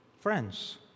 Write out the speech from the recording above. friends